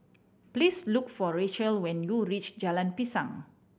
please look for Rachel when you reach Jalan Pisang